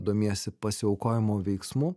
domiesi pasiaukojimo veiksmu